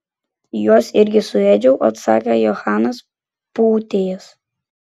juos irgi suėdžiau atsakė johanas pūtėjas